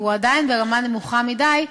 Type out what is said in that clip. והוא עדיין ברמה נמוכה מדי,